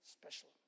special